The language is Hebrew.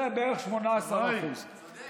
זה בערך 18%. קרעי למתמטיקה.